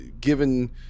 given